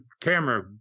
camera